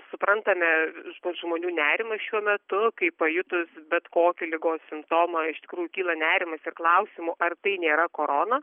suprantame žmonių nerimas šiuo metu kai pajutus bet kokį ligos simptomą iš tikrųjų kyla nerimas ir klausimų ar tai nėra korona